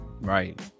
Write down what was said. Right